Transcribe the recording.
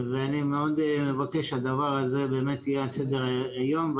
אני מאוד מבקש שהדבר הזה יהיה באמת על סדר היום.